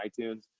iTunes